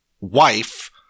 wife